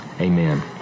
Amen